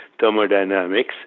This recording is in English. thermodynamics